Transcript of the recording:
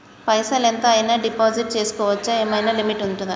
పైసల్ ఎంత అయినా డిపాజిట్ చేస్కోవచ్చా? ఏమైనా లిమిట్ ఉంటదా?